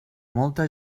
molta